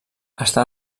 està